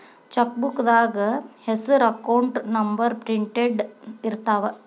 ಚೆಕ್ಬೂಕ್ದಾಗ ಹೆಸರ account number printed ಇರ್ತಾವ